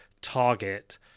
target